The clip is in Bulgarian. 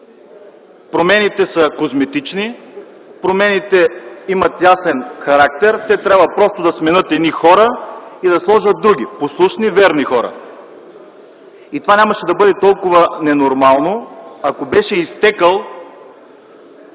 Промените са козметични, промените имат ясен характер, те трябва просто да сменят едни хора и да сложат други послушни верни хора. И това нямаше да бъде толкова ненормално, ако беше изтекъл